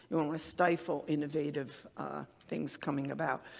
we don't want to stifle innovative things coming about.